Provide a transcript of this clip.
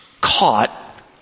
caught